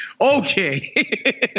Okay